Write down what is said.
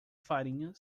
farinha